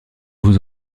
vous